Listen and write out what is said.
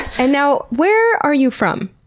and now, where are you from?